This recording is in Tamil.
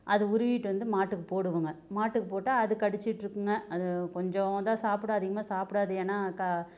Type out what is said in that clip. அது உருவிட்டு வந்து மாட்டுக்கு போடுவங்க மாட்டுக்கு போட்டால் அது கடிச்சிட்டிருக்குங்க அது கொஞ்சந்தான் சாப்பிடும் அதிகமாக சாப்பிடாது ஏன்னா க